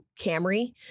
Camry